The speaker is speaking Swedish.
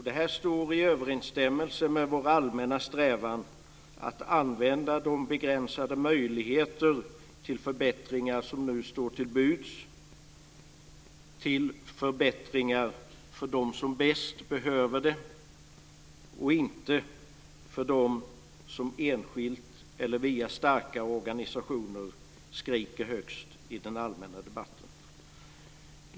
Det här står i överensstämmelse med vår allmänna strävan att använda de begränsade möjligheter som nu står till buds till förbättringar för dem som bäst behöver det och inte för dem som enskilt eller via starka organisationer skriker högst i den allmänna debatten.